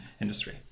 industry